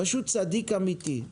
פשוט צדיק אמיתי.